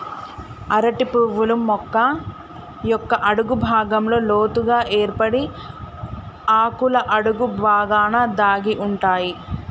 అరటి పువ్వులు మొక్క యొక్క అడుగు భాగంలో లోతుగ ఏర్పడి ఆకుల అడుగు బాగాన దాగి ఉంటాయి